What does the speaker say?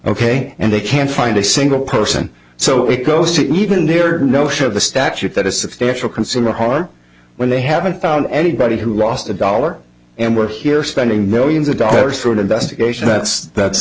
ok and they can't find a single person so it goes to even their notion of the statute that a substantial consumer hard when they haven't found anybody who lost a dollar and were here spending millions of dollars through an investigation that's that's